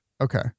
okay